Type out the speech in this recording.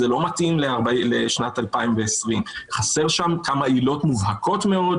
זה לא מתאים לשנת 2020. חסרות שם כמה עילות מובהקות מאוד,